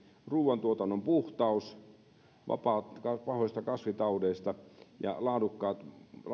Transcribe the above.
ruuantuotannon puhtaus vapaus pahoista kasvitaudeista ja laadukkaat